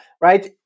right